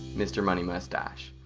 mr money mustache.